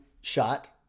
shot